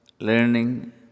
learning